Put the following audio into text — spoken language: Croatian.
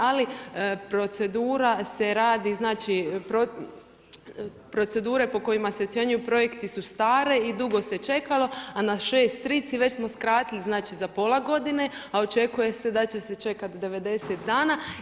Ali procedura se radi, znači procedure po kojima se ocjenjuju projekti su stare i dugo se čekalo, a na 6.3 već smo skratili, znači za pola godine, a očekuje se da će se čekati 90 dana.